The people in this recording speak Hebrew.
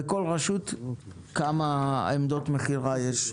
בכל רשות, כמה עמדות מכירה יש.